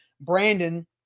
Brandon